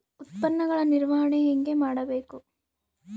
ಉತ್ಪನ್ನಗಳ ನಿರ್ವಹಣೆ ಹೇಗೆ ಮಾಡಬೇಕು?